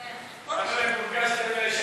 המזון ולתזונה נכונה בצהרונים,